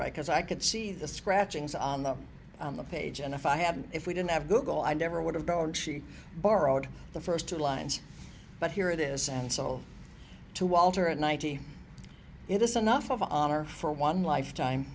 because i could see the scratchings on the on the page and if i hadn't if we didn't have google i never would have known she borrowed the first two lines but here it is and so to walter at ninety it is enough of an honor for one lifetime